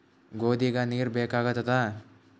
ಗೋಧಿಗ ನೀರ್ ಬೇಕಾಗತದ?